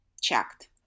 checked